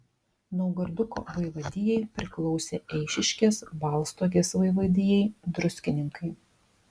naugarduko vaivadijai priklausė eišiškės balstogės vaivadijai druskininkai